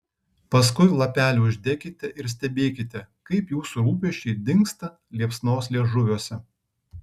paskui lapelį uždekite ir stebėkite kaip jūsų rūpesčiai dingsta liepsnos liežuviuose